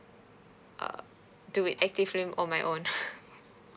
err do it actively on my own